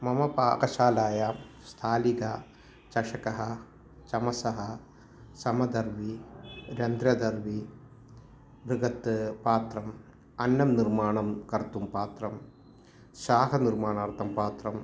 मम पाकशालायां स्थालिका चषकः चमसः समदर्विः रन्ध्रदर्विः बृहत् पात्रम् अन्नं निर्माणं कर्तुं पात्रं शाकानिर्माणार्थं पात्रम्